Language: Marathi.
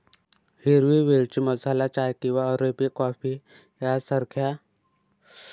हिरवी वेलची मसाला चाय किंवा अरेबिक कॉफी सारख्या गरम पदार्थांसाठी देखील वापरली जाते